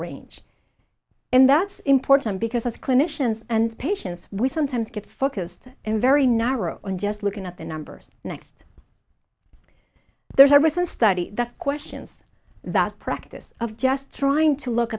range and that's important because as clinicians and patients we sometimes get focused in very narrow on just looking at the numbers next there's a recent study that questions that practice of just trying to look